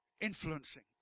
Influencing